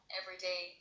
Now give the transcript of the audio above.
everyday